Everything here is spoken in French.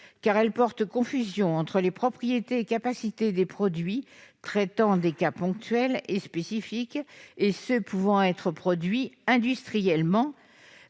car elle porte confusion entre les propriétés et capacités des produits traitant des cas ponctuels et spécifiques et ceux qui peuvent être produits industriellement.